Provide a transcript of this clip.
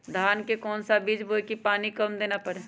धान का कौन सा बीज बोय की पानी कम देना परे?